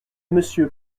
monsieur